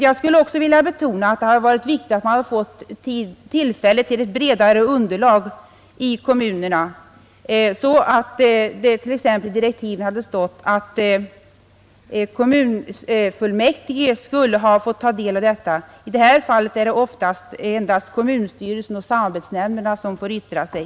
Jag skulle också vilja betona att det hade varit viktigt att man hade fått ett bredare underlag i kommunerna, så att det t.ex. i direktiven hade stått att kommunfullmäktige skulle ha fått ta del av materialet. I det här fallet är det ofta endast kommunstyrelsen och samarbetsnämnderna som får yttra sig.